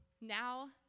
Now